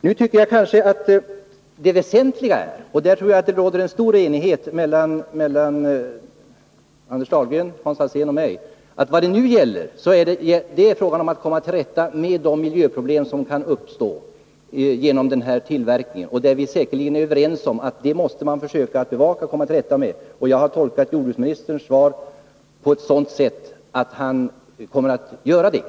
Nu tycker jag kanske att det väsentliga är — och där tror jag att det råder stor enighet mellan Anders Dahlgren, Hans Alsén och mig— att man kommer till rätta med de miljöproblem som kan uppstå genom den här tillverkningen. Vi är säkerligen överens om att man måste försöka bevaka den frågan. Jag tolkar också jordbruksministerns svar så, att han kommer att göra detta.